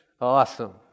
Awesome